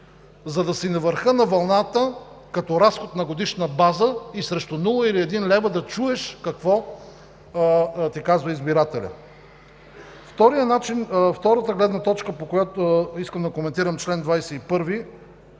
за да си на върха на вълната като разход на годишна база и срещу нула или един лев да чуеш какво ти казва избирателят. Втората гледна точка, по която искам да коментирам – чл. 21,